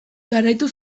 garaitu